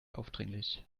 aufdringlich